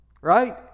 Right